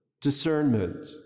discernment